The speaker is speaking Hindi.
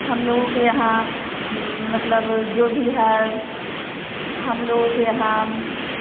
हम लोगों के यहाँ मतलब जो भी है हम लोगों के यहाँ